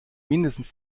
mindestens